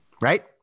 Right